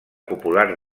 popular